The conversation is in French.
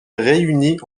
réunit